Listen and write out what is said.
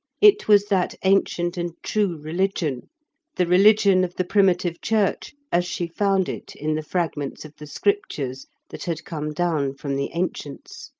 it was that ancient and true religion the religion of the primitive church, as she found it in the fragments of the scriptures that had come down from the ancients.